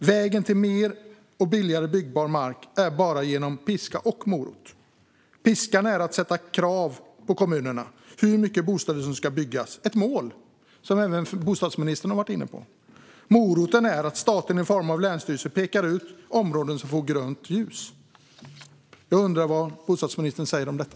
Vägen till mer och billigare byggbar mark går bara genom piska och morot. Piskan är att ställa krav på kommunerna om hur mycket bostäder som ska byggas - ett mål - vilket även bostadsministern har varit inne på. Moroten är att staten i form av länsstyrelsen pekar ut områden som får grönt ljus. Jag undrar vad bostadsministern säger om detta.